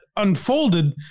unfolded